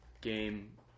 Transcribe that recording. game